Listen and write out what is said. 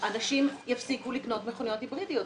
אנשים יפסיקו לקנות מכוניות היברידיות,